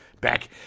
back